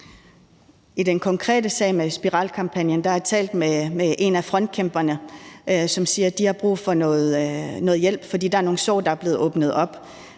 I den konkrete sag med spiralkampagnen har jeg talt med en af frontkæmperne, som siger, at de har brug for noget hjælp, fordi der er nogle sår, der er blevet åbnet op,